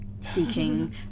seeking